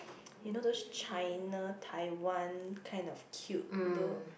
you know those China Taiwan kind of cute tho~